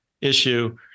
issue